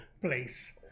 place